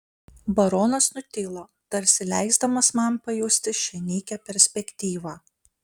baronas nutilo tarsi leisdamas man pajusti šią nykią perspektyvą